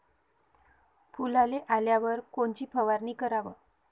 फुलाले आल्यावर कोनची फवारनी कराव?